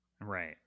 right